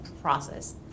process